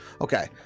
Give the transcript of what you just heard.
Okay